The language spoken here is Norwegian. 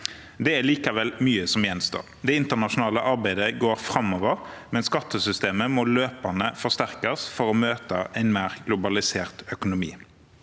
Det er likevel mye som gjenstår. Det internasjonale arbeidet går framover, men skattesystemet må løpende forsterkes for å møte en mer globalisert økonomi.